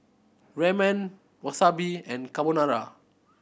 Ramen Wasabi and Carbonara